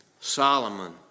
Solomon